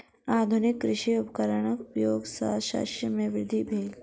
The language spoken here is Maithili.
आधुनिक कृषि उपकरणक उपयोग सॅ शस्य मे वृद्धि भेल